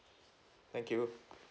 thank you